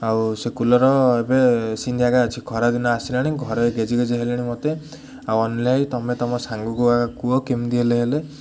ଆଉ ସେ କୁଲର୍ ଏବେ ଅଛି ଖରା ଦିନ ଆସିଲାଣି ଘରେ ଗେଜେ ଗେଜେ ହେଲେଣି ମତେ ଆଉ ଅନିଲ ଭାଇ ତମେ ତମ ସାଙ୍ଗକୁ କୁହ କେମିତି ହେଲେ ହେଲେ